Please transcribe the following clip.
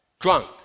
Drunk